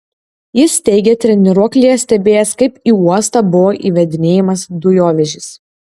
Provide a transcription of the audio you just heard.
jis teigė treniruoklyje stebėjęs kaip į uostą buvo įvedinėjamas dujovežis